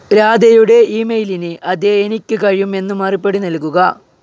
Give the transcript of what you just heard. രാധയുടെ ഇമെയിലിന് അതെ എനിക്ക് കഴിയും എന്ന് മറുപടി നൽകുക